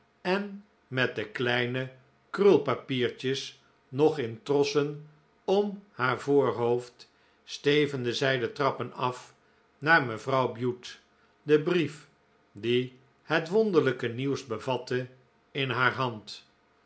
en met de kleine krulpapiertjes nog in trossen om haar voorhoofd stevende zij de trappen af naar mevrouw bute den brief die het wonderlijke nieuws bevatte in haar hand